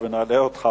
תועבר לוועדת העבודה,